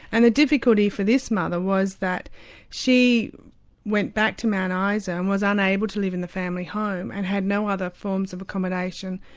and the difficulty for this mother was that she went back to mount isa and was unable to live in the family home, and had no other forms of accommodation,